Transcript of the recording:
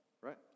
Right